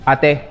Ate